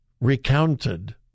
recounted